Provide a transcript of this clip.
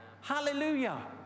Hallelujah